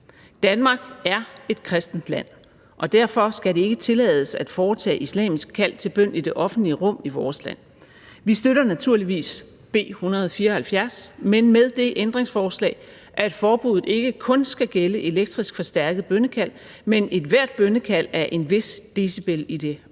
Danmark er et kristent land, og derfor skal det ikke tillades at foretage islamisk kald til bøn i det offentlige rum i vores land. Vi støtter naturligvis B 174, men med det ændringsforslag, at forbuddet ikke kun skal gælde elektrisk forstærket bønnekald, men ethvert bønnekald af en vis decibel i det offentlige